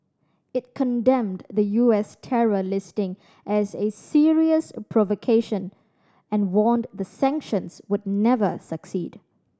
it condemned the U S terror listing as a serious provocation and warned the sanctions would never succeed